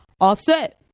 Offset